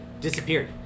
disappeared